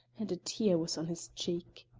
and a tear was on his cheek.